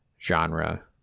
genre